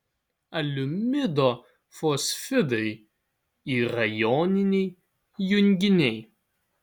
aliuminio fosfidai yra joniniai junginiai